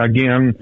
Again